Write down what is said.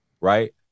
right